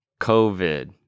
COVID